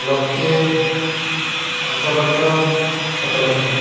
ଲକ୍ଷେ ପାଞ୍ଚ ଲକ୍ଷ ସାତ ଲକ୍ଷ